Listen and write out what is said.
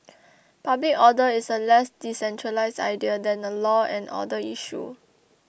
public order is a less decentralised idea than a law and order issue